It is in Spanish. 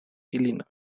illinois